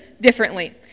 differently